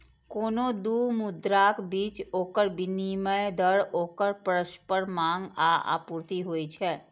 कोनो दू मुद्राक बीच ओकर विनिमय दर ओकर परस्पर मांग आ आपूर्ति होइ छै